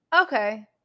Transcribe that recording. okay